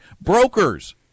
brokers